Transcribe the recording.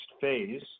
phase